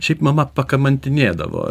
šiaip mama pakamantinėdavo